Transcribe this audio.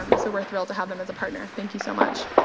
um so we're thrilled to have them as a partner, thank you so much.